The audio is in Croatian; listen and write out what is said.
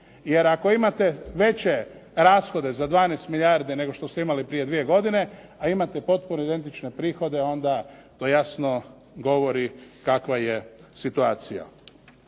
Jer ako imate veće rashode za 12 milijardi nego što smo imali prije dvije godine a imate potpuno identične prihode onda to jasno govori kakva je situacija.